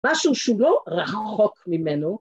משהו שהוא לא רחוק ממנו